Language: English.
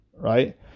right